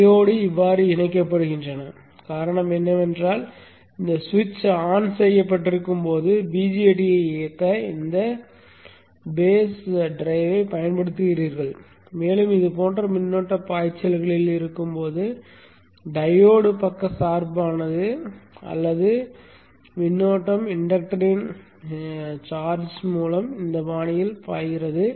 diode இவ்வாறு இணைக்கப்படுவதற்கான காரணம் என்னவென்றால் இந்த ஸ்விட்ச் ஆன் செய்யப்பட்டிருக்கும் போது BJT ஐ இயக்க இந்த அடிப்படை இயக்ககத்தைப் பயன்படுத்துவீர்கள் மேலும் இது போன்ற மின்னோட்டப் பாய்ச்சல்களில் இருக்கும் போது டையோடு பக்கச்சார்பானது அல்லது தற்போதைய ஓட்டம் இண்டக்டரின் இன்டக்டர் சார்ஜ்கள் மூலம் இந்த பாணியில் பாய்கிறது